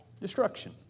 destruction